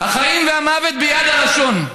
החיים והמוות ביד הלשון.